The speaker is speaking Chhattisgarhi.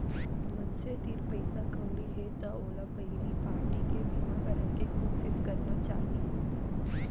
मनसे तीर पइसा कउड़ी हे त ओला पहिली पारटी के बीमा कराय के कोसिस करना चाही